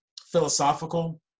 philosophical